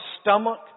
stomach